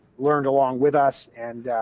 learned along with us and